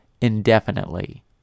indefinitely